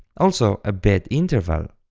also a bad interval.